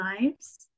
lives